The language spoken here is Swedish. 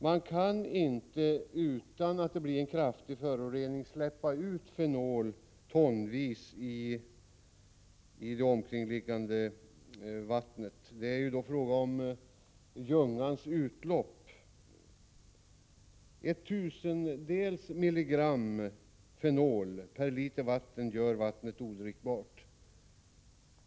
Man kan inte — utan att det blir en kraftig förorening — släppa ut fenol tonvis i det omkringliggande vattnet. Det är fråga om Ljungans utlopp. En tusendels milligram fenol per liter vatten gör vattnet odrickbart.